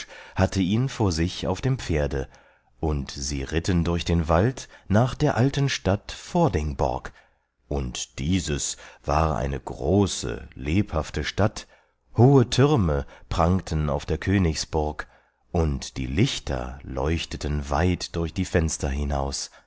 hatte ihn vor sich auf dem pferde und sie ritten durch den wald nach der alten stadt vordingborg und dieses war eine große lebhafte stadt hohe türme prangten auf der königsburg und die lichter leuchteten weit durch die fenster hinaus